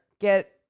Get